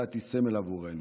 אילת היא סמל עבורנו,